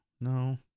No